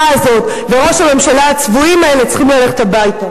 מה, אתם באמת לוקים בכזאת שנאה עצמית תהומית?